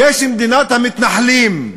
יש מדינת המתנחלים,